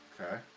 Okay